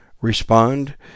respond